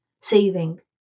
saving